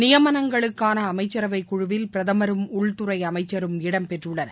நியமனங்களுக்கானஅமைச்சரவைகுழுவில் பிரதமரும் உள்துறைஅமைச்சரும் இடம் பெற்றுள்ளனர்